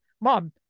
mom